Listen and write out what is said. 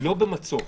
לא במצור.